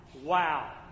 Wow